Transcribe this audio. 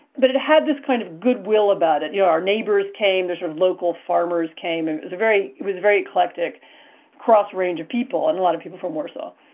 but it had this kind of goodwill about it. you know, our neighbors came there sort of local farmers came. it was a very it was very eclectic across a range of people and a lot of people from warsaw.